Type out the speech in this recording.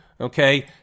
Okay